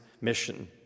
mission